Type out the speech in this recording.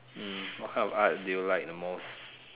hmm what kind of arts do you like the most